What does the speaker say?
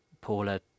Paula